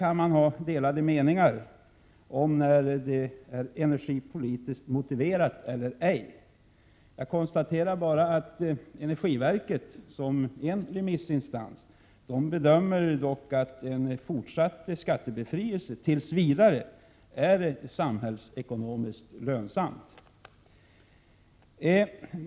Man kan ha delade meningar om skattebefrielse är energipolitiskt motiverad eller ej. Jag kan bara konstatera att energiverket såsom en av remissinstanserna bedömer att en fortsatt skattebefrielse tills vidare är samhällsekonomiskt lönsam.